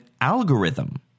algorithm